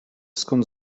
skąd